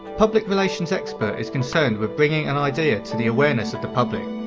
public relations expert is concerned with bringing an idea to the awareness of the public,